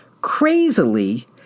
Crazily